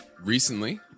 recently